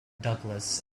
douglas